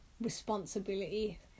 responsibility